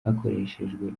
hakoreshejwe